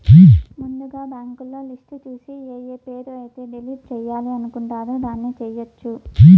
ముందుగా బ్యాంకులో లిస్టు చూసి ఏఏ పేరు అయితే డిలీట్ చేయాలి అనుకుంటారు దాన్ని చేయొచ్చు